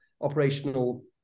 operational